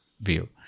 view